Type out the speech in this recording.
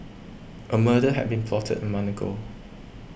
a murder had been plotted a month ago